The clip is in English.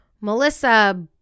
Melissa